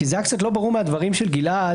היה קצת לא ברור מהדברים של גלעד